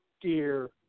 dear